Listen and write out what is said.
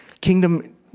Kingdom